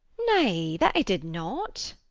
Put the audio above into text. nay, that a did not